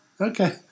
Okay